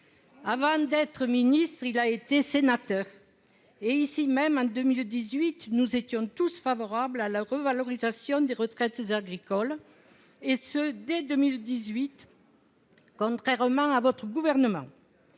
avant d'être ministre, il a été sénateur. Dans cet hémicycle, nous étions tous favorables à la revalorisation des retraites agricoles, et ce dès 2018, contrairement à votre gouvernement.